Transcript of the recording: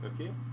okay